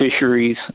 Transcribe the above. fisheries